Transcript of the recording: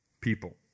people